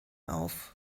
auf